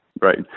Right